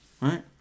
right